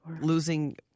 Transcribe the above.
losing